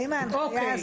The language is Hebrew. אוקיי.